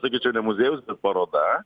sakyčiau ne muziejus paroda